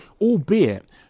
albeit